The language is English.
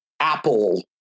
apple